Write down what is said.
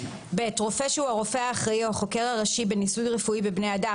רופא שהוא הרופא האחראי או החוקר הראשי בניסוי רפואי בבני אדם,